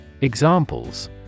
Examples